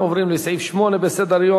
אנחנו עוברים לסעיף 8 בסדר-היום: